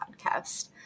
podcast